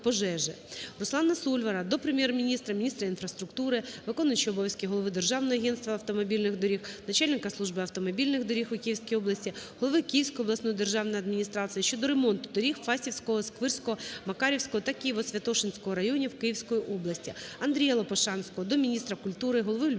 РусланаСольвара до Прем'єр-міністра, Міністра інфраструктури, виконуючого обов'язки голови Державного агентства автомобільних доріг України, начальника Служби автомобільних доріг у Київській області, голови Київської обласної державної адміністрації щодо ремонту доріг Фастівського, Сквирського, Макарівського та Києво-Святошинського районів Київської області. АндріяЛопушанського до міністра культури, голови Львівської обласної